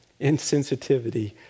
insensitivity